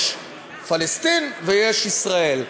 יש פלסטין ויש ישראל.